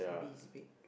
as in B is big